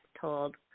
told